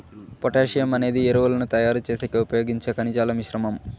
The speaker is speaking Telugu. పొటాషియం అనేది ఎరువులను తయారు చేసేకి ఉపయోగించే ఖనిజాల మిశ్రమం